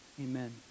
Amen